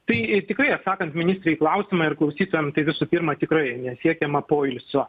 tai tikrai atsakant ministrei į klausimą ir klausytojam tai visų pirma tikrai nesiekiama poilsio